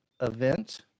event